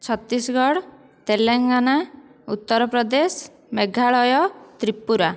Chhattisgarh Telangana Uttar Pradesh Meghalaya Tripura